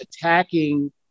attacking